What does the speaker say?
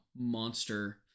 monster